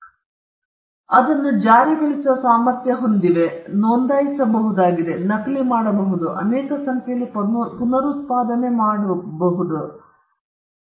ಆದ್ದರಿಂದ ಅವರು ಜಾರಿಗೊಳಿಸುವ ಸಾಮರ್ಥ್ಯವನ್ನು ಹೊಂದಿವೆ ಅವರು ನೋಂದಾಯಿಸಬಹುದಾಗಿದೆ ಅವರು ನಕಲಿ ಮಾಡಬಹುದು ಅನೇಕ ಸಂಖ್ಯೆಯಲ್ಲಿ ಪುನರುತ್ಪಾದನೆ ಇದು ಅವುಗಳನ್ನು ರಚಿಸಲು ಪ್ರಯತ್ನವನ್ನು ಒಳಗೊಂಡಿರುತ್ತದೆ ಒಂದು ಸೃಜನಾತ್ಮಕ ಪ್ರಯತ್ನ ಕೆಲವೊಮ್ಮೆ ಅನೇಕ ಜನರು ಒಟ್ಟಾಗಿ ಮತ್ತು ಇದು ವಾಣಿಜ್ಯ ಮೌಲ್ಯವನ್ನು ಹೊಂದಿದೆ